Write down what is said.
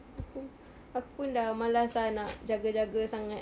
aku aku pun dah malas ah nak jaga jaga sangat